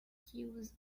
queues